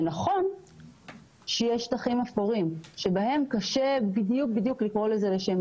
זה נכון שיש שטחים אפורים שבהם קשה לקרוא לזה בשם,